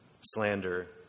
slander